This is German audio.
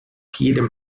jedem